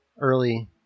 Early